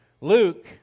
Luke